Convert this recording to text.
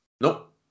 Nope